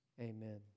amen